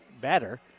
better